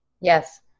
Yes